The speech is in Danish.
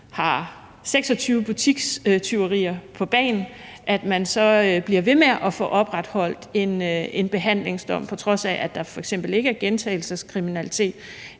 har 26 butikstyverier på bagen, så bliver ved med at få opretholdt en behandlingsdom, på trods af at der f.eks. ikke er gentagelseskriminalitet.